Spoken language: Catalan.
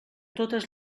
totes